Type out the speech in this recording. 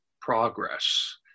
progress